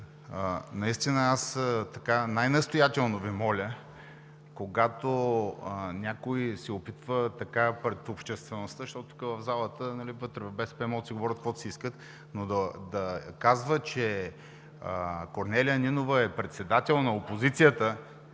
наистина най-настоятелно Ви моля, когато някой се опитва пред обществеността, защото тук, в залата, вътре, в БСП, могат да си говорят каквото си искат, но да казва, че Корнелия Нинова е председател на опозицията,